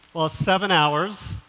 seven hours,